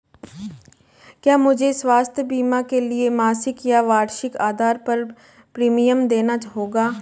क्या मुझे स्वास्थ्य बीमा के लिए मासिक या वार्षिक आधार पर प्रीमियम देना होगा?